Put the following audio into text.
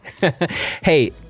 Hey